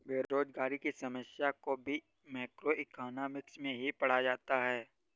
बेरोजगारी की समस्या को भी मैक्रोइकॉनॉमिक्स में ही पढ़ा जाता है